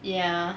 ya